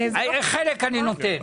חלק אני נותן.